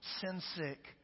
sin-sick